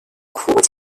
court